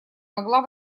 могла